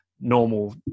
normal